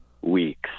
weeks